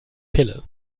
pille